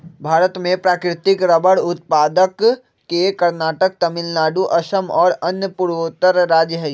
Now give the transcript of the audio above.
भारत में प्राकृतिक रबर उत्पादक के कर्नाटक, तमिलनाडु, असम और अन्य पूर्वोत्तर राज्य हई